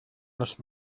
los